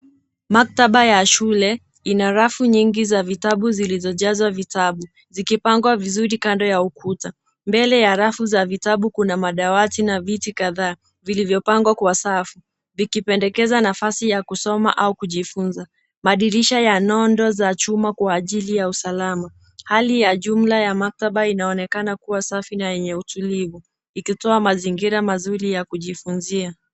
Maktaba ya shule ina rafu nyingi za vitabu zilizojazwa vitabu zikipagwa vizuri kando ya ukuta. Mbele ya rafu za vitabu kuna madawati na viti kadhaa vilivyopagwa kwa safu, vikipendekeza nafasi ya kusoma au kujifuza. Madirisha yananondo za chuma kwa ajili ya usalama. Hali ya jumla ya maktaba inaonekana kuwa safi na yenye utulivu, ikitoa mazingira mazuri ya kujifunzia.